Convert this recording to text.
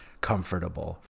comfortable